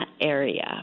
area